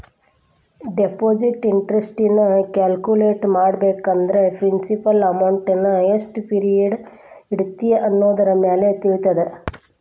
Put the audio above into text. deposit interest ನ calculate ಮಾಡ್ಬೇಕಂದ್ರ principal ಅಮೌಂಟ್ನಾ ಎಷ್ಟ್ ಪಿರಿಯಡ್ ಇಡತಿ ಅನ್ನೋದರಮ್ಯಾಲೆ ತಿಳಿತದ